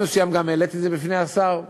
מסוים גם העליתי את זה בפני השר ואמרתי: